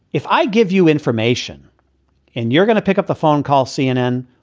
if i give you information and you're gonna pick up the phone, call cnn,